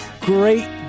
great